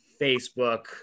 Facebook